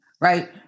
Right